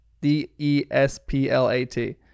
D-E-S-P-L-A-T